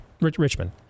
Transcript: Richmond